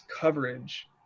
coverage